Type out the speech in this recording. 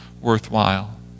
worthwhile